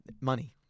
Money